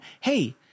hey